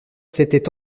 s’étaient